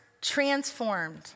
transformed